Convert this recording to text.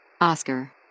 Oscar